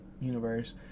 universe